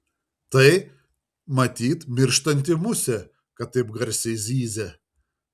tai matyt mirštanti musė kad taip garsiai zyzia